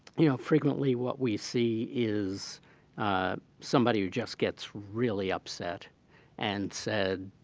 you know, frequently what we see is somebody who just gets really upset and said,